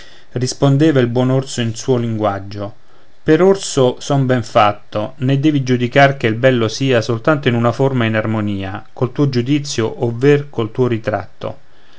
rispondeva il buon orso in suo linguaggio per orso son ben fatto né devi giudicar che il bello sia soltanto in una forma e in armonia col tuo giudizio ovver col tuo ritratto